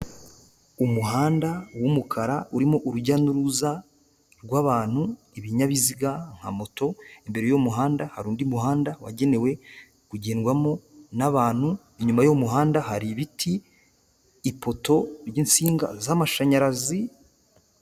Umuhanda w'umukara urimo urujya n'uruza rw'abantu, ibinyabiziga nka moto. Imbere y'uwo muhanda hari undi muhanda wagenewe kugendwamo n'abantu, inyuma y'uwo muhanda hari ibiti, ipoto ry'insinga z'amashanyarazi,,,